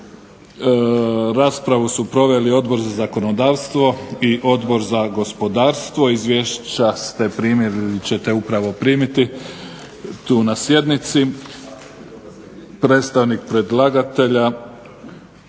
Raspravu su proveli Odbor za zakonodavstvo i Odbor za gospodarstvo. Izvješća ste primili ili ćete upravo primiti tu na sjednici. Predstavnik predlagatelja